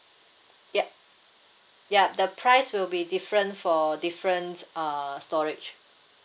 yup ya the price will be different for different uh storage